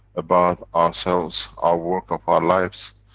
about ourselves, our work of our lives,